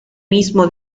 mismo